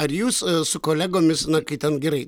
ar jūs su kolegomis na kai ten gerai